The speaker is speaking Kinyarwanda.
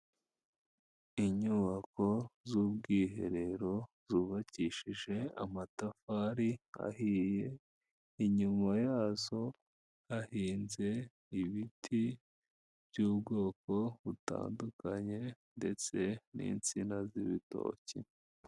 Inyubako z'ubwiherero, zubakishije amatafari ahiye, inyuma yazo hahinze ibiti by'ubwoko butandukanye ndetse n'insina z'ibitoki.